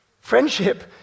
Friendship